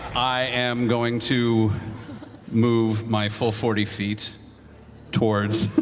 i am going to move my full forty feet towards